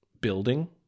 building